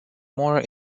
more